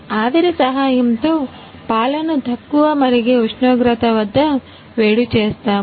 ఆవిరి సహాయంతో పాలను తక్కువ మరిగే ఉష్ణోగ్రత వద్ద వేడి చేస్తాము